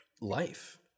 life